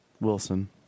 Wilson